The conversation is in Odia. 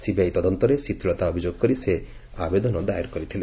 ସିବିଆଇ ତଦନ୍ତରେ ଶିଥିଳତା ଅଭିଯୋଗ କରି ସେ ଆବେଦନ ଦାୟର କରିଥିଲେ